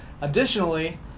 additionally